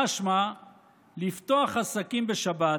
משמע לפתוח עסקים בשבת,